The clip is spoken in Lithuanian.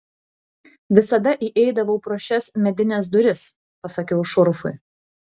visada įeidavau pro šias medines duris pasakiau šurfui